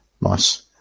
Nice